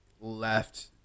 left